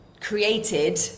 created